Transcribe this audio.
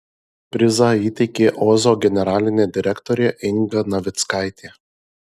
prizą įteikė ozo generalinė direktorė inga navickaitė